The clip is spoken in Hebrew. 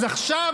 אז עכשיו,